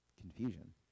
confusion